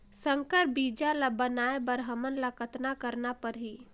संकर बीजा ल बनाय बर हमन ल कतना करना परही?